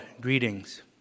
greetings